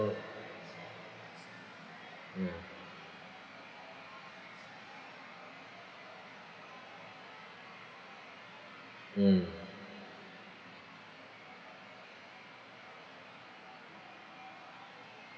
mm mm